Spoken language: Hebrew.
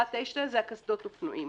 שזה קסדות אופנועים.